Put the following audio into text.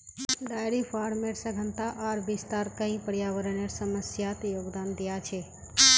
dairy फार्मेर सघनता आर विस्तार कई पर्यावरनेर समस्यात योगदान दिया छे